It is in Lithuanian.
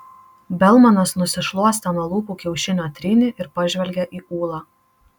belmanas nusišluostė nuo lūpų kiaušinio trynį ir pažvelgė į ūlą